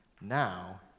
Now